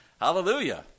Hallelujah